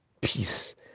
peace